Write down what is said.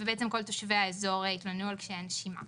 גרם לכל תושבי האזור להתלונן על קשיי נשימה